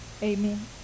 Amen